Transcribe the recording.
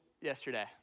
yesterday